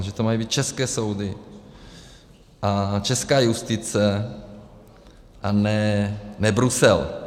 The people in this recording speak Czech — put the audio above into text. Že to mají být české soudy a česká justice a ne Brusel.